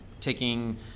taking –